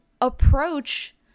approach